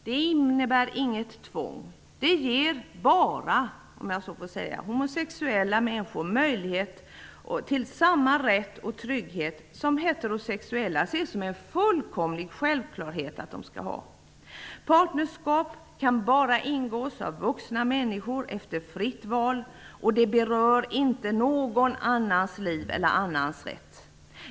Det innebär inget tvång. Det ger endast homosexuella människor möjlighet till den rätt och trygghet som heterosexuella ser som en fullkomlig självklarhet. Partnerskap kan enbart ingås av vuxna människor efter fritt val, och det berör inte någon annans liv eller någon annans rätt.